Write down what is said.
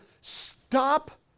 stop